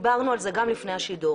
ודיברנו על זה גם לפני השידור,